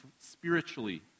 spiritually